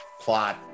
plot